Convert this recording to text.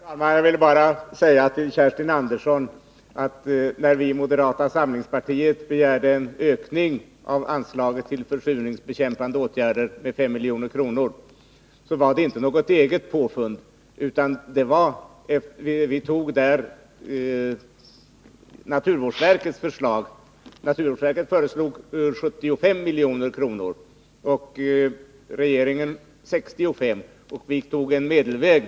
Herr talman! Jag vill bara säga till Kerstin Andersson att när vi i moderata samlingspartiet begärde en ökning av anslagen till försurningsbekämpande åtgärder med 5 milj.kr. var det inte något eget påfund, utan vi använde oss av naturvårdsverkets förslag. Naturvårdsverket föreslog 75 milj.kr., regeringen 65 milj.kr., och vi valde en medelväg.